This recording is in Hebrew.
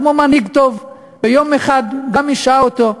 כמו מנהיג טוב: ביום אחד השעה אותו,